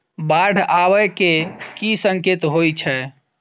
बाढ़ आबै केँ की संकेत होइ छै?